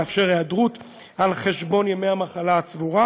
לאפשר היעדרות על חשבון ימי המחלה הצבורים